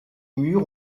murs